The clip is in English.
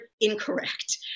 incorrect